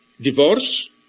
divorce